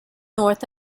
north